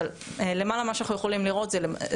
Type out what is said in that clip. אבל מה שאנחנו יכולים לראות למעלה,